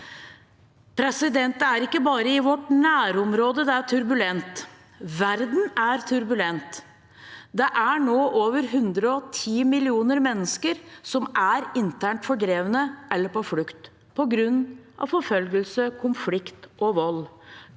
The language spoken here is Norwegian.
kommer. Det er ikke bare i vårt nærområde det er turbulent. Verden er turbulent. Det er nå over 110 millioner mennesker som er internt fordrevne eller på flukt på grunn av forfølgelse, konflikt, vold,